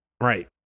right